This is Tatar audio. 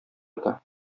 ята